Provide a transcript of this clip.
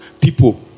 people